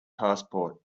passport